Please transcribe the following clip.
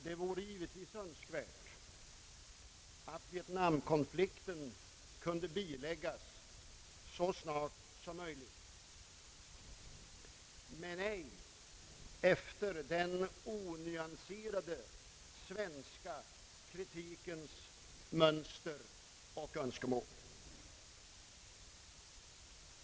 Det vore givetvis önskvärt att Vietnam-konflikten kunde biläggas så snart som möjligt, men ej efter den onyanserade svenska kritikens mönster och önskemål.